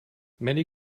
many